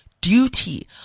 duty